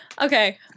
Okay